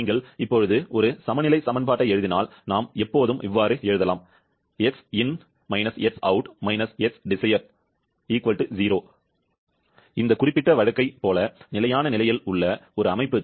நீங்கள் இப்போது ஒரு சமநிலை சமன்பாட்டை எழுதினால் நாம் எப்போதும் எழுதலாம் இந்த குறிப்பிட்ட வழக்கைப் போல நிலையான நிலையில் உள்ள ஒரு அமைப்புக்கு